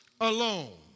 alone